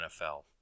NFL